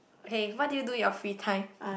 okay what do you do in your free time